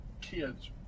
kids